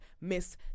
miss